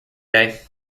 day